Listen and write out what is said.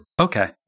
Okay